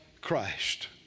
Christ